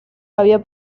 había